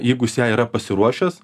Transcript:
jeigu jis ją yra pasiruošęs